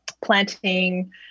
planting